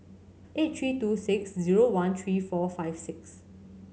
eight three two six zero one three four five six